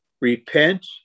Repent